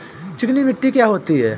चिकनी मिट्टी क्या होती है?